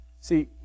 See